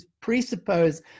presuppose